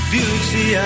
Beauty